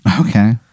Okay